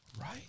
Right